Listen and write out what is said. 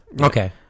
okay